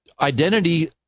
identity